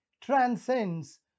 transcends